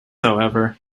however